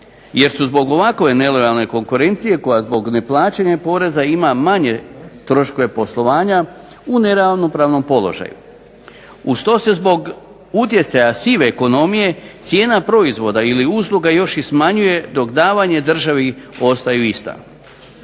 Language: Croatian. jer su zbog ovakve nelojalne konkurencije koja zbog neplaćanja poreza ima manje troškove poslovanja u neravnopravnom položaju. Uz to se zbog utjecaja sive ekonomije cijena proizvoda i usluga još i smanjuje dok davanja državi ostaju ista.